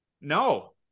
No